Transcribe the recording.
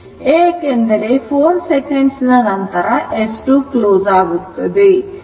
ಏಕೆಂದರೆ 4 second ನಂತರ S 2 close ಆಗಿರುತ್ತದೆ